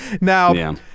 Now